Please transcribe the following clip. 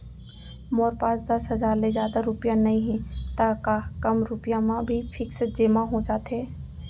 मोर पास दस हजार ले जादा रुपिया नइहे त का कम रुपिया म भी फिक्स जेमा हो जाथे?